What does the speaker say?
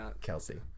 Kelsey